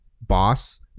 boss